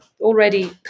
already